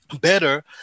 better